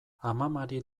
amamari